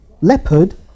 leopard